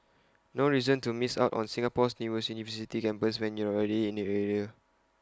no reason to miss out on Singapore's newest university campus when you're already in the area